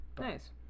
nice